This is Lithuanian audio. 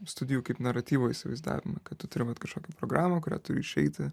studijų kaip naratyvo įsivaizdavimą kad tu turi vat kažkokią programą kurią turi išeiti